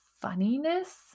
funniness